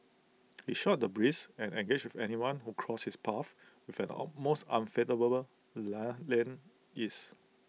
he shot the breeze and engaged with anyone who crossed his path with an almost unfathomable land ease